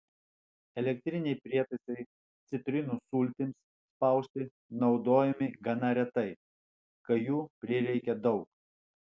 elektriniai prietaisai citrinų sultims spausti naudojami gana retai kai jų prireikia daug